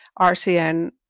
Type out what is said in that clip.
RCN